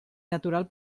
natural